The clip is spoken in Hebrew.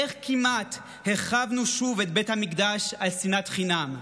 איך כמעט החרבנו שוב את בית המקדש על שנאת חינם?